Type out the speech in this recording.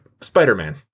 Spider-Man